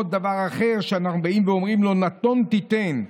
או דבר אחר, אנחנו אומרים לו: "נותן תתן".